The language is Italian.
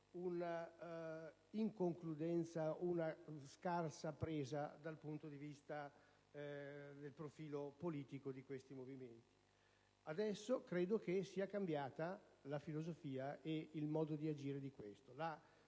una inconcludenza, una scarsa presa dal punto di vista del profilo politico di questi movimenti. Adesso credo che sia cambiata la filosofia e il modo di agire. Quanto